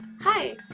Hi